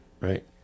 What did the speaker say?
right